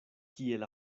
kiel